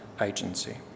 Agency